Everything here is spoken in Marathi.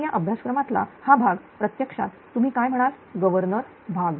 तर या अभ्यासक्रमातला हा भाग प्रत्यक्षात तुम्ही काय म्हणाल गव्हर्नर भाग